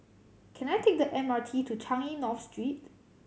can I take the M R T to Changi North Street